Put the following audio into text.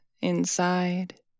inside